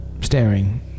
staring